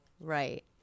Right